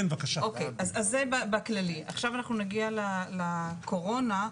עכשיו אנחנו נגיע לקורונה.